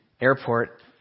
airport